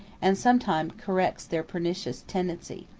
and sometimes corrects their pernicious tendency.